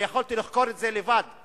יכולתי לחקור את זה לבד,